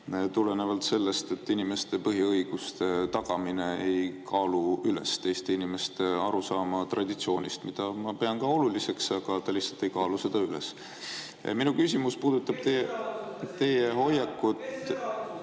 tulenevalt sellest, et inimeste põhiõiguste tagamine [kaalub] üles teiste inimeste arusaama traditsioonist, mida ma pean ka oluliseks, aga ta lihtsalt ei kaalu seda üles. Minu küsimus puudutab teie hoiakut